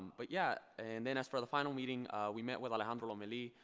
but yeah and then as for the final meeting we met with alejandro lomelee,